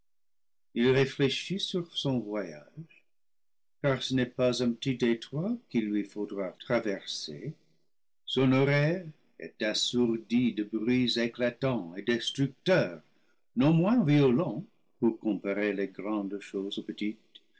il réfléchit sur son voyage car ce n'est pas un petit détroit qu'il lui faudra traverser son oreille est assourdie de bruits éclatants et destructeurs non moins violents pour comparer les grandes choses